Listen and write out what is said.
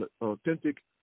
authentic